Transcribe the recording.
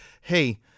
hey